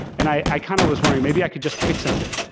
and i kind of was wondering, maybe i could just pick something.